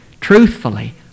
truthfully